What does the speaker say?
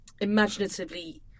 imaginatively